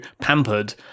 pampered